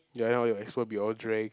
ya you want how your explore will be all drag